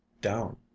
down